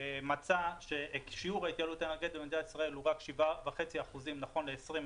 מצא ששיעור ההתייעלות האנרגטית במדינת ישראל הוא רק 7.5% נכון ל-2020.